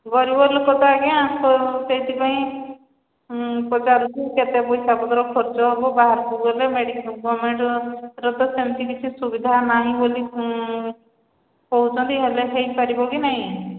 ଗରିବ ଲୋକ ତ ଆଜ୍ଞା ସେଇଥିପାଇଁ ପଚାରୁଛି କେତେ ପଇସା ପତ୍ର ଖର୍ଚ୍ଚ ହେବ ବାହାରକୁ ଗଲେ ଗମେଣ୍ଟର ତ ସେମିତି କିଛି ସୁବିଧା ନାହିଁ ବୋଲି କହୁଛନ୍ତି ହେଲେ ହୋଇପାରିବ କି ନାହିଁ